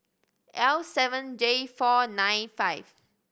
L seven J four nine five